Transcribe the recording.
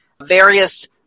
various